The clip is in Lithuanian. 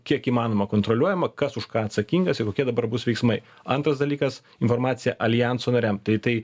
kiek įmanoma kontroliuojama kas už ką atsakingas ir kokie dabar bus veiksmai antras dalykas informacija aljanso nariam tai tai